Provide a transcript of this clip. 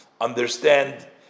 understand